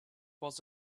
was